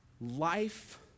Life